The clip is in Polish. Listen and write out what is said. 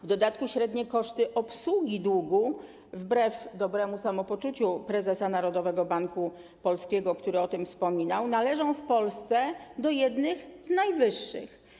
W dodatku średnie koszty obsługi długu, wbrew dobremu samopoczuciu prezesa Narodowego Banku Polskiego, który o tym wspominał, należą w Polsce do jednych z najwyższych.